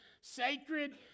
sacred